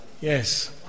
yes